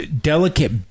delicate